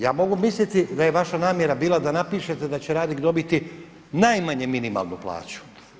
Ja mogu misliti da je vaša namjera bila da napišete da će radnik dobiti najmanje minimalnu plaću.